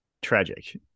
Tragic